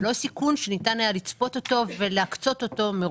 זה לא סיכון שניתן היה לצפות אותו ולהקצות אותו מראש.